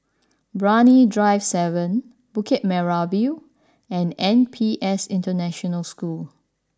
Brani Drive Seven Bukit Merah View and N P S International School